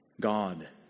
god